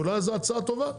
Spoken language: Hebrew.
אולי זו הצעה טובה,